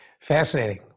Fascinating